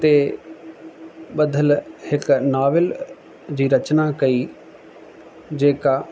ते ॿधियलु हिकु नॉवल जी रचना कई जेका